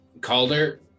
Calder